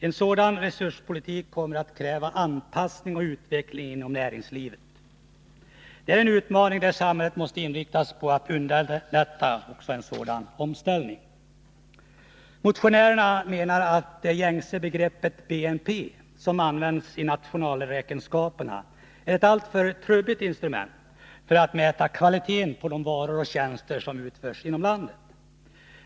En sådan resurspolitik kommer att kräva anpassning och utveckling inom näringslivet. Det är en utmaning där samhället måste inriktas på att underlätta en sådan omställning. Motionärerna menar att det gängse begreppet BNP — som används i nationalräkenskaperna — är ett alltför trubbigt instrument för att mäta kvaliteten på de varor som produceras och de tjänster som utförs inom landet.